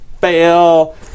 Fail